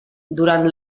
durant